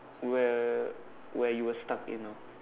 where where you were stuck in ah